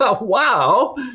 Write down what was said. wow